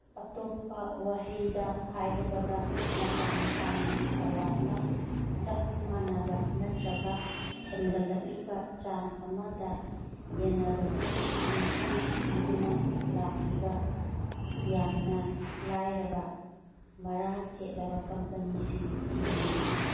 ꯑꯇꯣꯞꯄ ꯋꯥꯍꯩꯗ ꯍꯥꯏꯔꯕꯗ ꯃꯇꯝ ꯁꯥꯡꯅ ꯆꯧꯔꯥꯛꯅ ꯆꯞ ꯃꯥꯟꯅꯕ ꯅꯠꯇ꯭ꯔꯒ ꯍꯦꯟꯒꯠꯂꯛꯂꯤꯕ ꯆꯥꯡ ꯑꯃꯗ ꯌꯦꯅꯕꯒꯤ ꯁꯦꯟꯊꯨꯡ ꯄꯤꯗꯨꯅ ꯂꯥꯛꯂꯤꯕ ꯌꯥꯝꯅ ꯂꯥꯏꯔꯕ ꯃꯔꯥ ꯆꯦꯠꯂꯕ ꯀꯝꯄꯅꯤꯁꯤꯡ ꯊꯤꯕꯤꯌꯨ